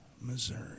Missouri